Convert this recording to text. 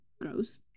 gross